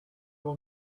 all